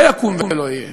לא יקום ולא יהיה.